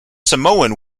samoan